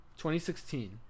2016